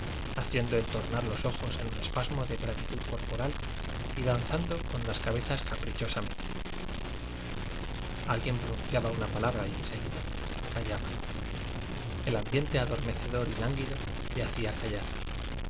haciendo entornar los ojos en un espasmo de gratitud corporal y danzando con las ca bezas caprichosamente alguien pronun ciaba una palabra y en seguida callaba el ambiente adormecedor y lánguido le hacía callar